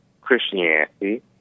Christianity